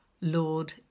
Lord